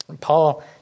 Paul